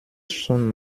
schon